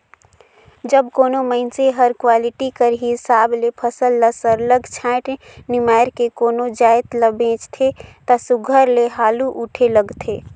जब कोनो मइनसे हर क्वालिटी कर हिसाब ले फसल ल सरलग छांएट निमाएर के कोनो जाएत ल बेंचथे ता सुग्घर ले हालु उठे लगथे